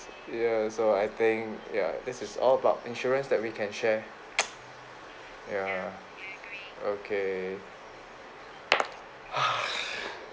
ya so I think ya this is all about insurance that we can share ya okay